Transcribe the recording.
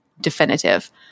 definitive